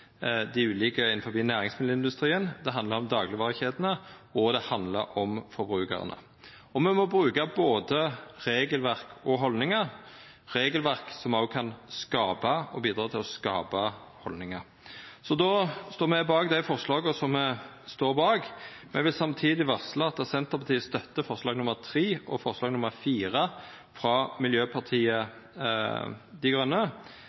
dei ulike aktørane innan næringsmiddelindustrien, det handlar om daglegvarekjedene, og det handlar om forbrukarane. Me må bruka både regelverk og haldningar – regelverk som òg kan skapa og bidra til å skapa haldningar. Me står bak forslag nr. 1, men eg vil samtidig varsla at Senterpartiet støttar forslaga nr. 3 og nr. 4, frå Miljøpartiet